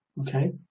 Okay